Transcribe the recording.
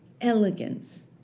Elegance